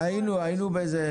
הכל --- היינו בזה,